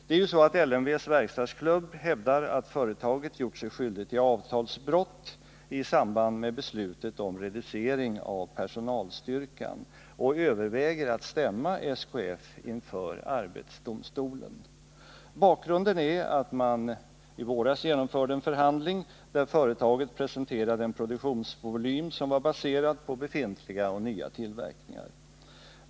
LMV:s verkstadsklubb hävdar att företaget har gjort sig skyldigt till avtalsbrott i samband med beslutet om reducering av personalstyrkan och överväger att stämma SKF inför arbetsdomstolen. Bakgrunden är att det i våras genomfördes en förhandling där företaget presenterade en produktionsvolym som var baserad på befintlig och ny tillverkning.